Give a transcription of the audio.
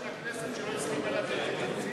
של הכנסת שלא הצליחה להביא את התקציב,